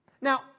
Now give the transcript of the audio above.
Now